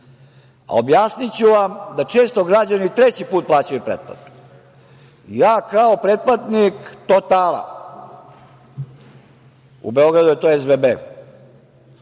a objasniću vam da često građani i treći put plaćaju pretplatu. Kao pretplatnik „Totala“, u Beogradu to je SBB,